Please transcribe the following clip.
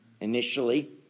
initially